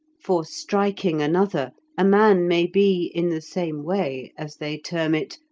for striking another, a man may be in the same way, as they term it,